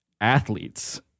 Athletes